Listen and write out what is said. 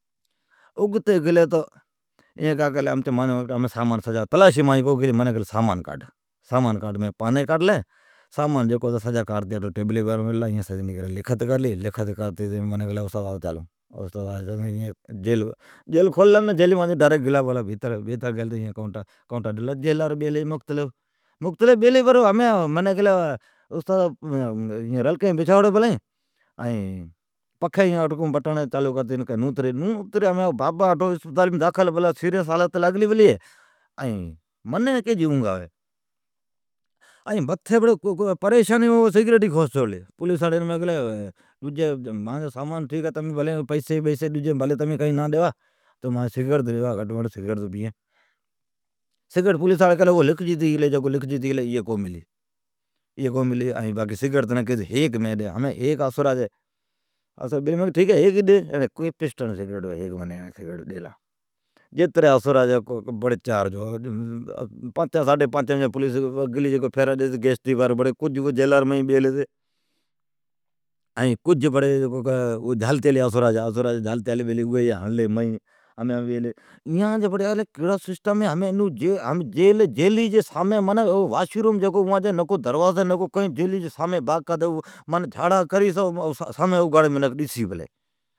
اگتی گلی تو منین کیلی سامان سجا کاڈھ۔ مین پانین ڈجین سبھ کاڈھتی ٹیبلیم میللین، اوین لکھت پتی کرتین کہ استاد ھمین چال۔ منین ناکھلامین ڈاریکناگلا بولابھیتر جیلیم، کئوٹا ڈیتین، جیلر بیلی ھی مختلف بھیتر۔ ھمین استاد بھیتر رلکین بچھائوڑی پلین ھی، ائین پکھی پلی ہے بٹڑ چالون کرتی نوتی ری۔ اوگ کٹھی آوی، بابا بیلا ہے اسپتالیم سیریس ھالتیم منین کیجی اوگ آوی، اونگ کان آوی۔ ائین متھی بڑی پریشانی سگریٹ کھوس چھوڑلی۔ مین کیلی ڈجا سامان پیسی بیسی تمین بھلین نا ڈیوا باقی مانجی سگریٹ تو ڈیوا، سگریٹ تو پیئین۔ سگریٹ، پولیساڑی کیلی اوی ھمین لکھجتی گلی کونی مل۔ کیئی تو ھیک مین تنین ڈین۔ ھمین ھیک اسرا جی چارین بجی مین کیلی ھیک ئی ڈی، سگریٹ ڈیلا۔ جتری اسرا جی پولیس ڈجان چاران پانچان جیڑان جھالتی آلی اوی مئین بیلی ھتی، اوی بھی بیلی ھتی۔ ایا جا الھی کیڑا سسٹم ہےواشروم ہے او جی نکو در نکو دروازی جیلی سامین واس روم ہے۔ منکھ جھاڑا کری اون اگھاڑی سامین ڈیسی پلی۔